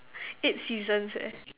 eight seasons eh